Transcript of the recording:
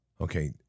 Okay